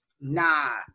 nah